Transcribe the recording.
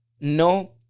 no